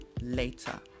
later